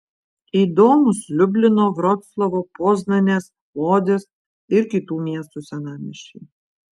įdomūs liublino vroclavo poznanės lodzės ir kitų miestų senamiesčiai